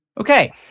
Okay